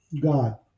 God